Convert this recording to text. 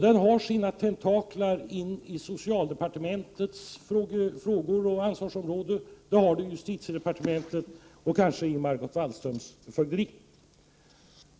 Den har sina tentaklar bland ungdomar — en fråga som tillhör socialdepartementets ansvarsområde, justitidepartementets och kanske även Margot Wallströms fögderi.